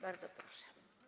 Bardzo proszę.